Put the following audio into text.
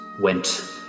went